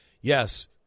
yes